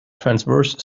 transverse